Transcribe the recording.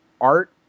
art